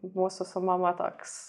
mūsų su mama toks